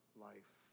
life